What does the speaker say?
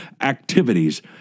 activities